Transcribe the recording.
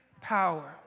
power